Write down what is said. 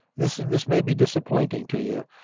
this this may be disappointing to you,